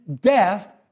death